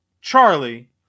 Charlie